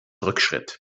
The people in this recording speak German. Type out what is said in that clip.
rückschritt